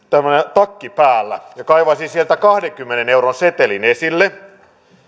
takki päällä ja kaivaisin sieltä kahdenkymmenen euron setelin esille